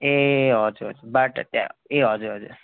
ए हजुर हजुर बाटा त्यहाँ ए हजुर हजुर